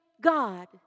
God